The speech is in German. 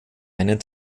einen